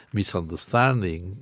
misunderstanding